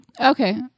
Okay